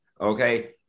okay